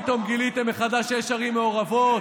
פתאום גיליתם מחדש שיש ערים מעורבות,